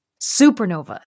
Supernova